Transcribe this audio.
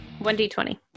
1d20